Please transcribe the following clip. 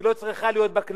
היא לא צריכה להיות בכנסת.